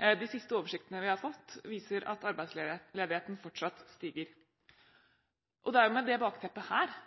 De siste oversiktene vi har fått viser at arbeidsledigheten fortsatt stiger. Det er med dette bakteppet